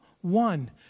one